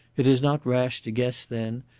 it is not rash to guess, then,